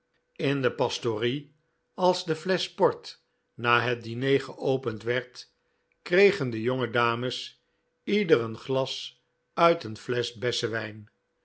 in de pastorie als de flesch port na het diner geopend werd kregen de jonge dames ieder een glas uit een flesch bessenwijn